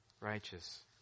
righteous